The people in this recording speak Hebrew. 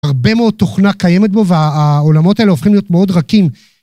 הרבה מאוד תוכנה קיימת בו והעולמות האלה הופכים להיות מאוד רכים.